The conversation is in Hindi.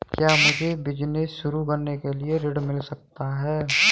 क्या मुझे बिजनेस शुरू करने के लिए ऋण मिल सकता है?